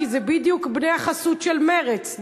כי זה בדיוק בני החסות של מרצ,